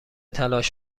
تلاش